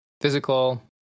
Physical